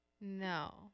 No